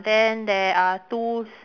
then there are two